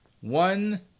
one